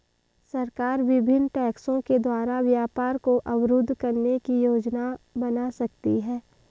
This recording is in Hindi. सरकार विभिन्न टैक्सों के द्वारा व्यापार को अवरुद्ध करने की योजना बना सकती है